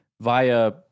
via